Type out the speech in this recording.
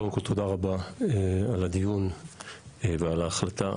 קודם כל תודה רבה על הדיון ועל ההחלטה.